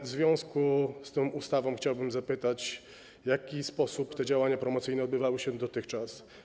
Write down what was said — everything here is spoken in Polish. W związku z tą ustawą chciałbym zapytać, w jaki sposób te działania promocyjne odbywały się dotychczas.